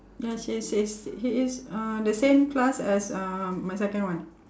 yes he is he is he is uh the same class as uh my second one